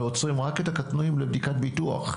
ועוצרים רק את הקטנועים לבדיקת ביטוח,